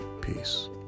Peace